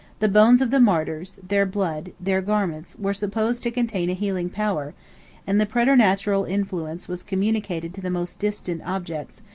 the bones of the martyrs, their blood, their garments, were supposed to contain a healing power and the praeternatural influence was communicated to the most distant objects,